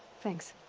thanks.